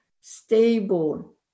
stable